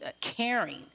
caring